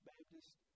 Baptist